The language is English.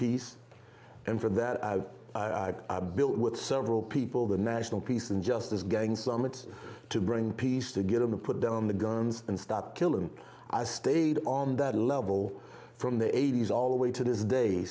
peace and for that i have built with several people the national peace and justice gang summits to bring peace to get them to put down the guns and stop killing i stayed on that level from the eighty's all the way to this day